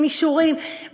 עם אישורים,